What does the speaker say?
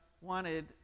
wanted